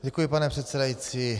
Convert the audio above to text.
Děkuji, pane předsedající.